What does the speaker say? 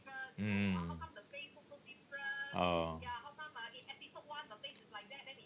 mm oh